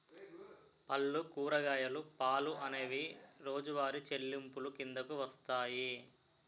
పళ్ళు కూరగాయలు పాలు అనేవి రోజువారి చెల్లింపులు కిందకు వస్తాయి